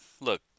look